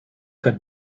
had